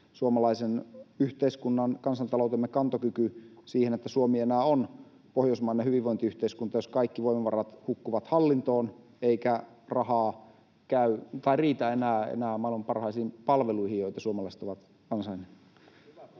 suomalaisen yhteiskunnan, kansantaloutemme, kantokyky siihen, että Suomi vielä on pohjoismainen hyvinvointiyhteiskunta, jos kaikki voimavarat hukkuvat hallintoon eikä rahaa riitä enää maailman parhaisiin palveluihin, joita suomalaiset ovat ansainneet.